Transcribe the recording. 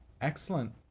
excellent